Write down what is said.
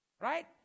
right